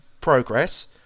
Progress